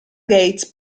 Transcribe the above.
gates